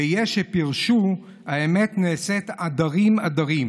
ויש שפירשו: האמת נעשית עדרים-עדרים,